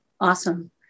Awesome